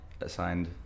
Assigned